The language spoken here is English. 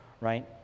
right